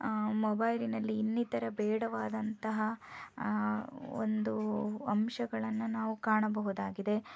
ಮೊಬೈಲಿನಲ್ಲಿ ಇನ್ನಿತರ ಬೇಡವಾದಂತಹ ಒಂದು ಅಂಶಗಳನ್ನು ನಾವು ಕಾಣಬಹುದಾಗಿದೆ